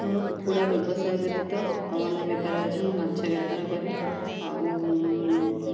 ମୋର କୁକୁଡ଼ା ବ୍ୟବସାୟ ବ୍ୟତୀତ ଆଉ ଅନ୍ୟ ବେପାର ଅଛି ମୁଁ ମାଛ ବେପାର କରେ ଆଉ